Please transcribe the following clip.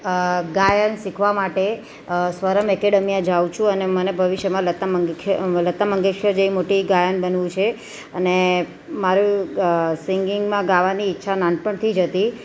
ગાયન શીખવા માટે સ્વરમ એકેડમીએ જાઉં છું અને મને ભવિષ્યમાં લતા લતા મંગેશકર જેવી મોટી ગાયન બનવું છે અને મારું સિંગિંગમાં ગાવાની ઈચ્છા નાનપણથી જ હતી